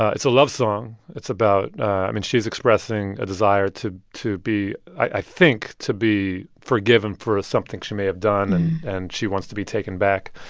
ah it's a love song. it's about i mean, she's expressing a desire to to be i think to be forgiven for something she may have done. and and she wants to be taken back.